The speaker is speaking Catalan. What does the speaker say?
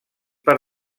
per